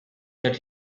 that